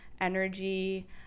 energy